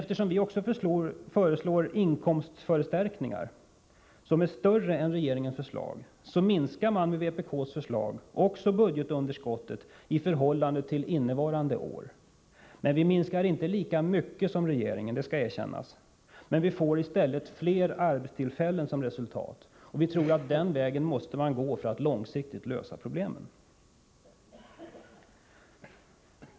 Eftersom vi föreslår också inkomstförstärkningar som är större än de regeringen föreslår, minskas enligt vpk:s förslag också budgetunderskottet i förhållande till innevarande års; vi minskar det inte lika mycket som regeringen — det skall erkännas — men vi får i stället fler arbetstillfällen som resultat. Vi tror att det är den vägen man måste gå för att långsiktigt lösa problemen.